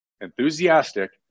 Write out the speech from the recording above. enthusiastic